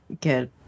get